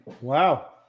Wow